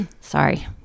sorry